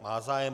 Má zájem.